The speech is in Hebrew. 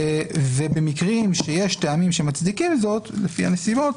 במקרים שיש טעמים שמצדיקים זאת, לפי הנסיבות,